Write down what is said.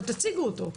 אתם גם תציגו אותו,